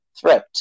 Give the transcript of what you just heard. threat